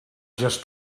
just